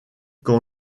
quand